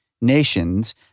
nations